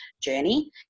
journey